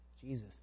Jesus